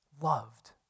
loved